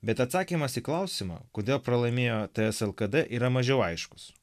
bet atsakymas į klausimą kodėl pralaimėjo tslkd yra mažiau aiškus